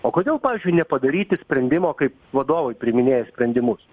o kodėl pavyzdžiui nepadaryti sprendimo kaip vadovai priiminėja sprendimus